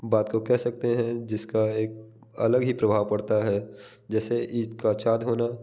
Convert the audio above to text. बात को कह सकते हैं जिसका एक अलग ही प्रभाव पड़ता है जैसे ईद का चाँद होना